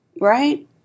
right